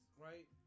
right